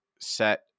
set